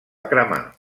cremar